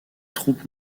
troupes